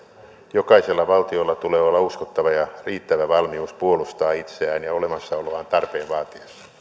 jokaisella valtiolla tulee olla uskottava ja riittävä valmius puolustaa itseään ja olemassaoloaan tarpeen